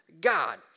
God